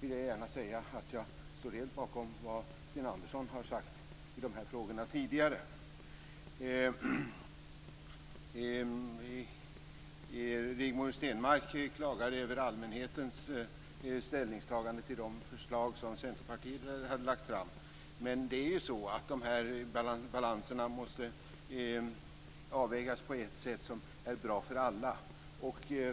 vill jag gärna säga att jag helt står bakom vad Sten Andersson tidigare har sagt i de här frågorna. Rigmor Stenmark klagar över allmänhetens ställningstagande till de förslag som Centerpartiet har lagt fram. Men det är ju så att avvägningen måste göras på ett sätt som är bra för alla.